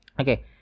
okay